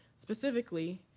specifically,